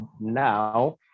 now